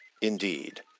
Indeed